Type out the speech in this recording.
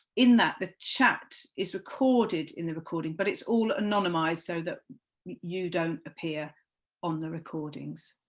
in that, the chat is recorded in the recording, but it's all anonymised, so that you don't appear on the recordings.